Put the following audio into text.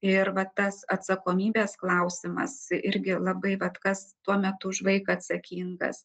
ir va tas atsakomybės klausimas irgi labai vat kas tuo metu už vaiką atsakingas